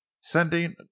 sending